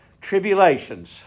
tribulations